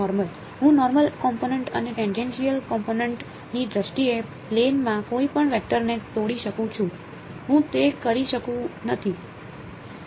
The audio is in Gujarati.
હું નોર્મલ કોમ્પોનેંટ અને ટેનજેનશીયલ કોમ્પોનન્ટ ની દ્રષ્ટિએ પ્લેન માં કોઈપણ વેક્ટરને તોડી શકું છું હું તે કરી શકું છું